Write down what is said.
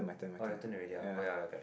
why your turn already ah why ah like that